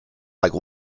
like